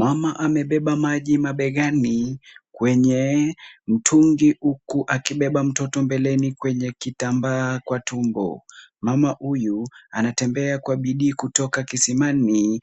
Mama amebeba maji mabegani kwenye mtungi huku akibeba mtoto mbeleni kwenye kitambaa kwa tumbo. Mama huyu anatembea kwa bidii kutoka kisimani